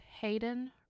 Hayden